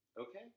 okay